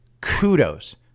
Kudos